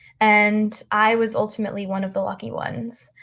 and i was ultimately one of the lucky ones.